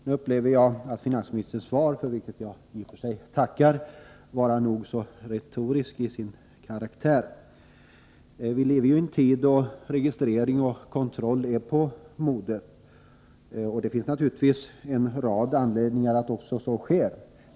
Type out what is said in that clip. Jag finner nu att finansministerns svar, för vilket jag i och för sig tackar, var nog så retoriskt till sin karaktär. Vi lever i en tid när registrering och kontroll är på modet, och det finns naturligtvis en rad anledningar till att så är fallet.